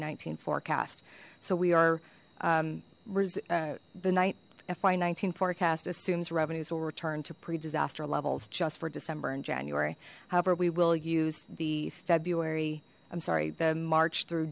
nineteen forecast so we are the night fy nineteen forecast assumes revenues will return to pre disaster levels just for december and january however we will use the february i'm sorry the march through